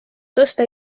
tõsta